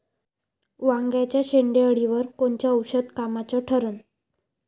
वांग्याच्या शेंडेअळीवर कोनचं औषध कामाचं ठरन?